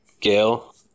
Gail